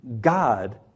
God